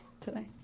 today